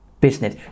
business